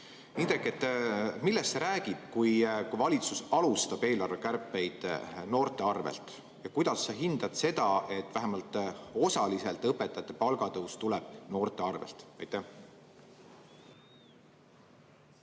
Indrek, millest see räägib, kui valitsus alustab eelarvekärpeid noorte arvel, ja kuidas sa hindad seda, et vähemalt osaliselt tuleb õpetajate palga tõus noorte arvel?